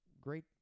great